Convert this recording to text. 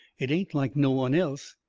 it ain't like no one else.